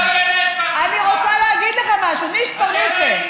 מי שמכם?